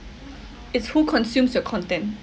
it's who consumes your content